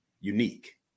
unique